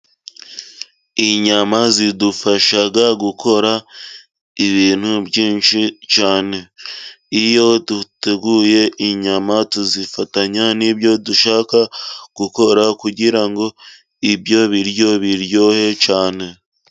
Inyama zidufasha gukora ibintu byinshi cyane. Iyo duteguye inyama tuzifatanya n'ibyo dushaka gukora kugira ngo ibyo biryo biryohe cyane.